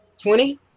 twenty